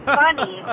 funny